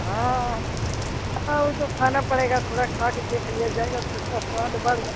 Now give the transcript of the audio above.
हाँ हाँ वह तो खाना पड़ेगा थोड़ा खाकर देख लिया जाएगा तो उसका स्वाद बढ़ जाए